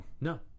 No